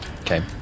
Okay